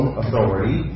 authority